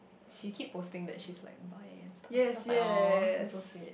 she keep posting that she's like bi and stuff then I was like !aww! that's so sweet